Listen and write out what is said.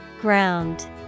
Ground